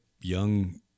young